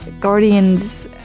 Guardians